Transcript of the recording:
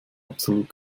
absolut